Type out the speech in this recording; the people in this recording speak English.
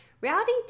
reality